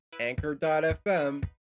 anchor.fm